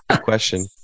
Question